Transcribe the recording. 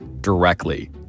directly